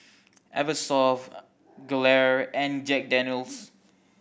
Eversoft Gelare and Jack Daniel's